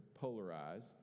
polarized